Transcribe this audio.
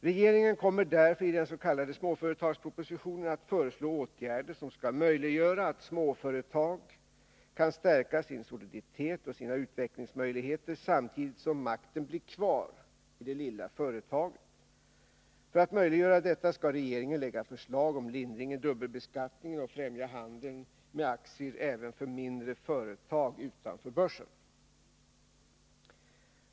Regeringen kommer därför i den s.k. småföretagspropositionen att föreslå åtgärder som skall möjliggöra att småföretag kan stärka sin soliditet och sina utvecklingsmöjligheter samtidigt som makten blir kvar i det lilla företaget. För att möjliggöra detta skall regeringen lägga fram förslag om lindring i dubbelbeskattningen och främja handeln med aktier även för mindre företag utanför börsen.